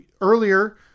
Earlier